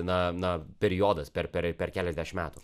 na na periodas per per per keliasdešimt metų